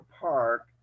park